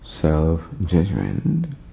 self-judgment